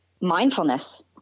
mindfulness